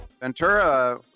Ventura